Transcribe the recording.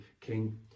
king